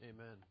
Amen